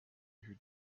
who